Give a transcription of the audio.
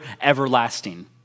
everlasting